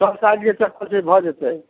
सब साइजके चप्पल छै भऽ जेतै